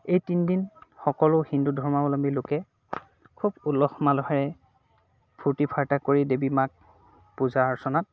এই তিনদিন সকলো হিন্দু ধৰ্মাৱলম্বী লোকে খুব উলহ মালহেৰে ফূৰ্তি ফাৰ্তা কৰি দেৱীমাক পূজা অৰ্চনাত